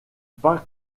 pas